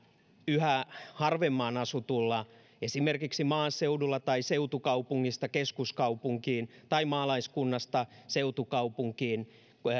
yhä harvempaan asutulla maaseudulla tai seutukaupungista keskuskaupunkiin tai maalaiskunnasta seutukaupunkiin